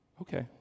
Okay